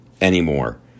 anymore